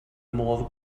modd